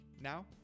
Now